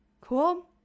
Cool